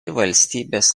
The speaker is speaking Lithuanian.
valstybės